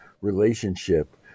relationship